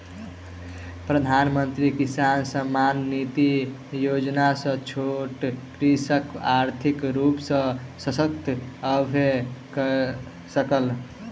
प्रधानमंत्री किसान सम्मान निधि योजना सॅ छोट कृषक आर्थिक रूप सॅ शशक्त भअ सकल